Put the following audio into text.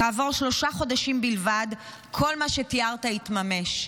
כעבור שלושה חודשים בלבד, כל מה שתיארת התממש.